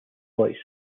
voice